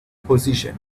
position